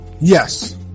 Yes